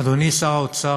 אדוני שר האוצר,